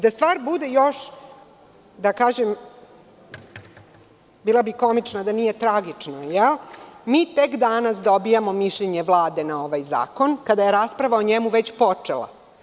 Da stvar bude još gora, da kažem, bila bih komična da nije tragično, mi tek danas dobijamo mišljenje Vlade na ovaj zakon, kada je rasprava o njemu već počela.